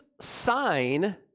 sign